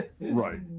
Right